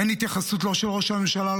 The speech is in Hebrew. אין התייחסות לא של ראש הממשלה,